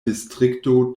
distrikto